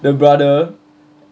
the brother